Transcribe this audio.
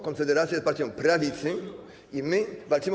Konfederacja jest partią prawicy i my walczymy o.